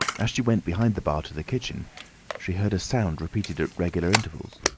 as she went behind the bar to the kitchen she heard a sound repeated at regular intervals.